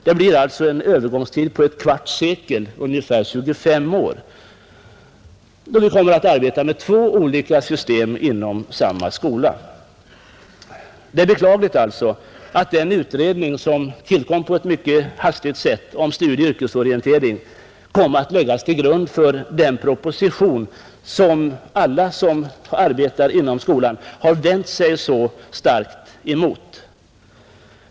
Det kan alltså bli en övergångstid på ett kvartssekel, ungefär 25 år, då vi kommer att arbeta med två olika system inom samma skola, Det är alltså beklagligt att den utredning om studieoch yrkesorientering som tillkom på ett mycket hastigt sätt kom att läggas till grund för den proposition som alla som arbetar inom skolan har vänt sig så starkt emot.